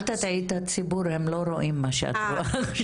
אל תטעי את הציבור, הם לא רואים מה שאת רואה.